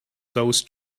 those